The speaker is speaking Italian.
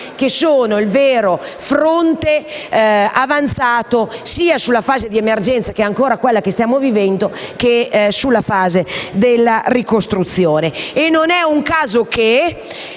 che sono il vero fronte avanzato, sia sulla fase di emergenza, che è quella che ancora stiamo vivendo, che sulla fase della ricostruzione. E non è un caso che